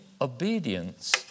obedience